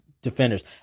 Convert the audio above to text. Defenders